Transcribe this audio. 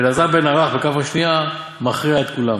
ואלעזר בן ערך בכף שנייה מכריע את כולם.